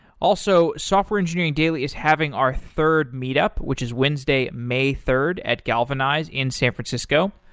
also, software engineering daily is having our third meet-up, which is wednesday, may third at galvanized in san francisco.